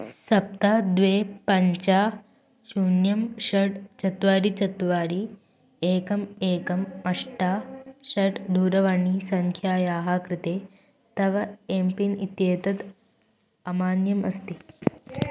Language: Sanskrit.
सप्त द्वे पञ्च शून्यं षड् चत्वारि चत्वारि एकम् एकम् अष्ट षट् दूरवाणीसङ्ख्यायाः कृते तव एम्पिन् इत्येतत् अमान्यम् अस्ति